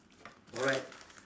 alright